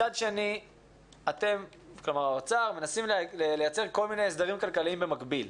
מצד שני האוצר מנסה לייצר כל מיני הסדרים כלכליים במקביל.